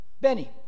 Benny